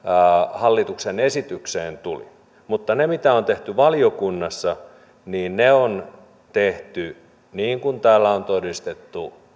hallituksen esitykseen tulivat mutta ne mitä on tehty valiokunnassa on tehty niin kuin täällä on todistettu